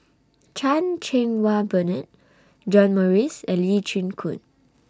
Chan Cheng Wah Bernard John Morrice and Lee Chin Koon